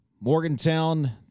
Morgantown